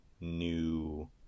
new